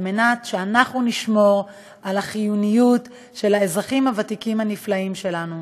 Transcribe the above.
כדי שאנחנו נשמור על החיוניות של האזרחים הוותיקים הנפלאים שלנו.